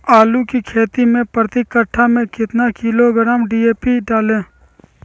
आलू की खेती मे प्रति कट्ठा में कितना किलोग्राम डी.ए.पी डाले?